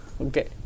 Okay